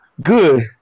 Good